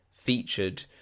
Featured